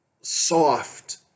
soft